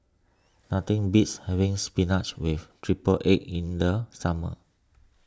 nothing beats having Spinach with Triple Egg in the summer